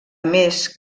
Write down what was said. més